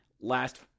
Last